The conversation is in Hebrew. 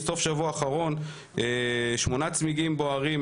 סוף שבוע אחרון שמונה צמיגים בוערים,